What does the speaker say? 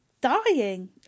dying